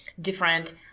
different